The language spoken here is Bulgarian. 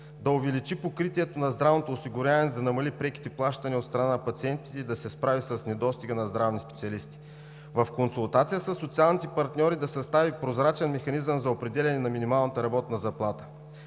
да увеличи покритието на здравното осигуряване и да намали преките плащания от страна на пациентите и да се справи с недостига на здравни специалисти; в консултация със социалните партньори да състави прозрачен механизъм за определяне на минималната работна заплата;